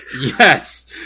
Yes